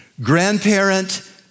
Grandparent